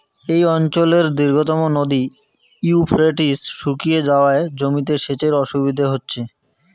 এই অঞ্চলের দীর্ঘতম নদী ইউফ্রেটিস শুকিয়ে যাওয়ায় জমিতে সেচের অসুবিধে হচ্ছে